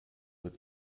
mit